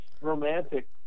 romantic